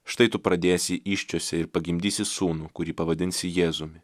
štai tu pradėsi įsčiose ir pagimdysi sūnų kurį pavadinsi jėzumi